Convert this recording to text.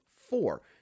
four